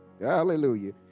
hallelujah